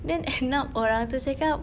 then end up orang itu cakap